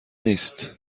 نیست